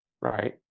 right